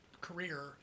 career